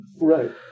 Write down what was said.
Right